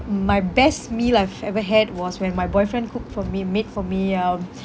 m~ my best meal I've ever had was when my boyfriend cook for me made for me um